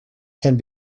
can